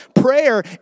prayer